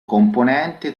componente